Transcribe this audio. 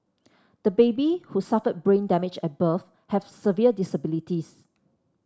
the baby who suffered brain damage at birth has severe disabilities